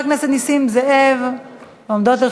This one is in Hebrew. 34